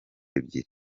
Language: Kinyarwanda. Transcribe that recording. ebyiri